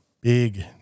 big